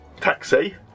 taxi